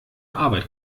arbeit